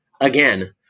again